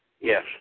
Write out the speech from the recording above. Yes